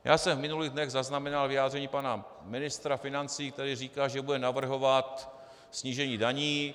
Já jsem v minulých dnech zaznamenal vyjádření pana ministra financí, který říkal, že bude navrhovat snížení daní.